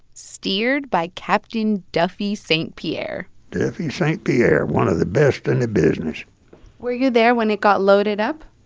steered by captain duffy st. pierre duffy st. pierre, one of the best in the business were you there when it got loaded up?